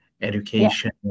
education